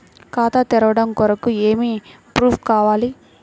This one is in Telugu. ఖాతా తెరవడం కొరకు ఏమి ప్రూఫ్లు కావాలి?